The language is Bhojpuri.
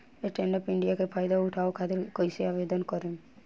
स्टैंडअप इंडिया के फाइदा उठाओ खातिर कईसे आवेदन करेम?